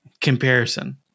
comparison